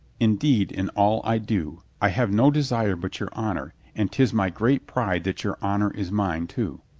indeed, in all i do, i have no desire but your honor, and tis my great pride that your honor is mine, too.